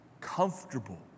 comfortable